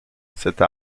cette